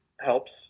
helps